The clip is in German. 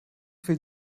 viel